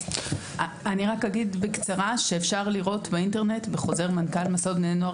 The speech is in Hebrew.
אני רק אומר בקצרה שאפשר לראות באינטרנט בחוזר מנכ"ל מסעות בני נוער